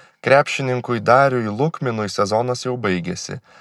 krepšininkui dariui lukminui sezonas jau baigėsi